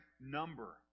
number